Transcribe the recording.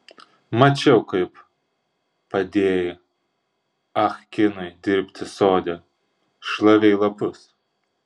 mačiau kaip padėjai ah kinui dirbti sode šlavei lapus